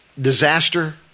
Disaster